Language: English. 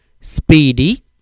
speedy